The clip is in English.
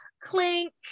clink